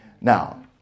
Now